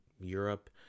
Europe